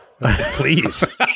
please